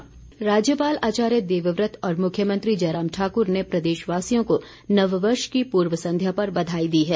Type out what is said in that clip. शुभकामनाएं राज्यपाल आचार्य देवव्रत और मुख्यमंत्री जयराम ठाकुर ने प्रदेशवासियों को नववर्ष की पूर्व संध्या पर बधाई दी है